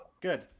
Good